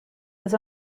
his